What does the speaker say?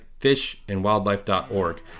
fishandwildlife.org